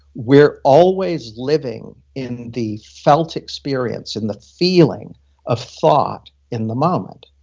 we're always living in the felt experience, in the feeling of thought in the moment.